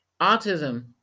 autism